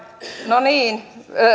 no niin